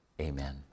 amen